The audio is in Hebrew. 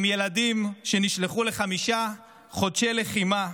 עם ילדים שנשלחו לחמישה חודשי לחימה,